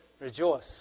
Rejoice